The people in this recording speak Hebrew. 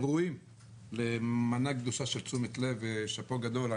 ראויים למנה גדושה של תשומת לב ושאפו גדול.